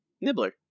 nibbler